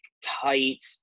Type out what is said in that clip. tight